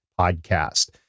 podcast